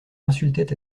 insultait